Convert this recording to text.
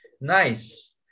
nice